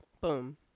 Boom